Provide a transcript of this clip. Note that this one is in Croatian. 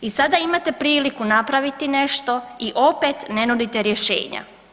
I sada imate priliku napraviti nešto i opet ne nudite rješenja.